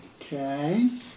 Okay